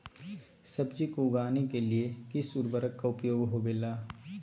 सब्जी को उगाने के लिए किस उर्वरक का उपयोग होबेला?